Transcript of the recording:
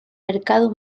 mercado